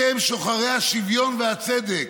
אתם, שוחרי השוויון והצדק,